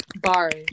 Bars